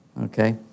okay